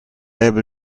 able